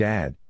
Dad